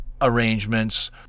arrangements